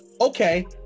okay